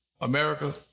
America